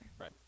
right